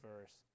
verse